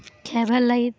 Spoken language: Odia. ଖାଇବାର୍ ଲାଗି